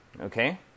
okay